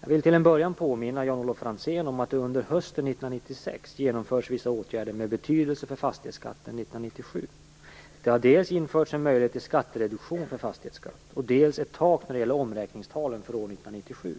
Jag vill till en början påminna Jan-Olof Franzén om att det under hösten 1996 genomförts vissa åtgärder med betydelse för fastighetsskatten 1997. Det har dels införts en möjlighet till skattereduktion för fastighetsskatt, dels ett tak när det gäller omräkningstalen för år 1997.